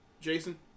Jason